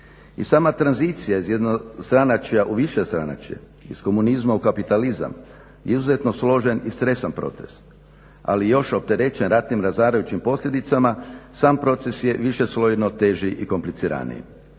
I sama tranzicija iz jednostranačja u višestranačje, iz komunizma u kapitalizam je izuzetno složen i stresan proces, ali je još opterećen ratnim razarajućim posljedicama, sam proces je višeslojno teži i kompliciraniji.